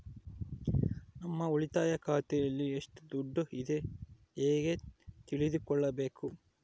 ನಮ್ಮ ಉಳಿತಾಯ ಖಾತೆಯಲ್ಲಿ ಎಷ್ಟು ದುಡ್ಡು ಇದೆ ಹೇಗೆ ತಿಳಿದುಕೊಳ್ಳಬೇಕು?